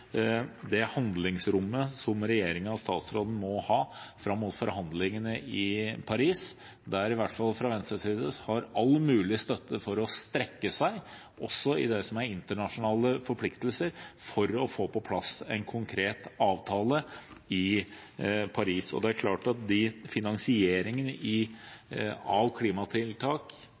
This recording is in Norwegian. det handlingsrommet som regjeringen og statsråden må ha fram mot forhandlingene i Paris, der de iallfall fra Venstres side har all mulig støtte for å strekke seg, også i det som er internasjonale forpliktelser, for å få på plass en konkret avtale i Paris. Og det er klart at finansieringen,